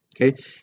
okay